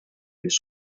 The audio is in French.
les